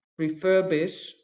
refurbish